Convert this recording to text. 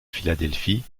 philadelphie